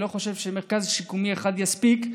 אני לא חושב שמרכז שיקומי אחד יספיק.